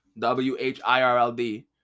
W-H-I-R-L-D